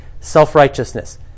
self-righteousness